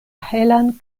helan